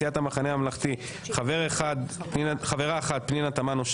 סיעת המחנה הממלכתי חברה אחת פנינה תמנו;